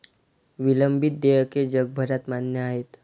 विलंबित देयके जगभरात मान्य आहेत